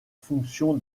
fonction